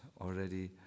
already